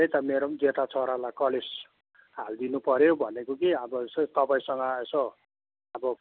त्यही त मेरो पनि जेठा छोरालाई कलेज हालिदिनु पऱ्यो भनेको कि अब यसो तपाईँसँग यसो अब